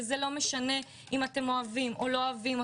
ולא משנה אם אתם אוהבים או לא אוהבים,